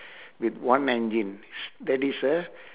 with one engine that is a